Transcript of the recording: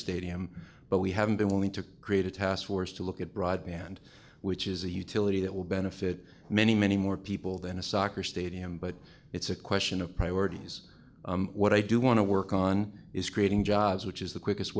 stadium but we haven't been willing to create a task force to look at broadband which is a utility that will benefit many many more people than a soccer stadium but it's a question of priorities what i do want to work on is creating jobs which is the quickest